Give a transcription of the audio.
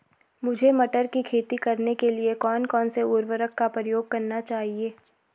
मुझे मटर की खेती करने के लिए कौन कौन से उर्वरक का प्रयोग करने चाहिए?